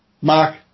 Mark